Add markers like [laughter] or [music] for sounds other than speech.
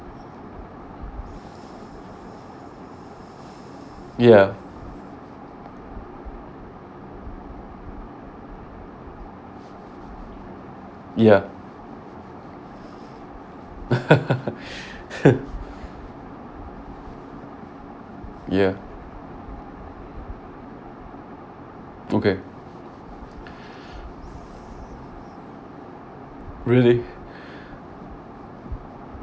ya ya [laughs] ya okay [breath] really